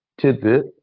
tidbit